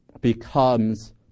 becomes